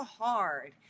hard